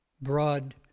broad